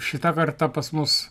šita karta pas mus